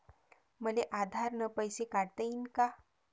मले आधार न पैसे काढता येईन का?